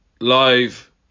live